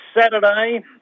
Saturday